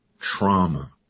trauma